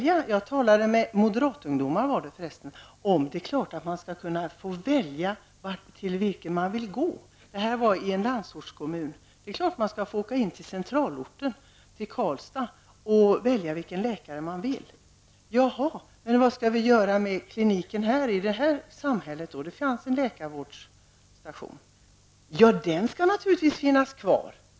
Jag har talat med moderatungdomar om kravet på att man skall kunna välja till vilken läkare man skall gå. Det var i en landsortskommun. De sade: Det är klart att man skall få åka in till centralorten -- i det fallet Karlstad -- och välja vilken läkare man vill ha. Ja, frågade jag, men vad skall vi då göra med kliniken i det här samhället? -- där fanns en läkarvårdsstation. Ja, den skall naturligtvis finnas kvar, blev svaret.